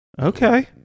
Okay